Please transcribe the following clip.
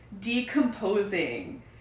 decomposing